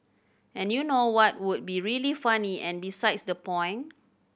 and you know what would be really funny and besides the point